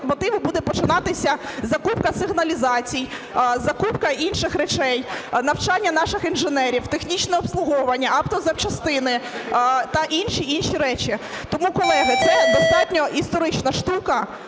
локомотиву буде починатися закупка сигналізації, закупка інших речей, навчання наших інженерів, технічне обслуговування, автозапчастини та інші, інші речі. Тому, колеги, це достатньо історична штука.